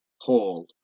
Hall